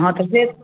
हँ तऽ से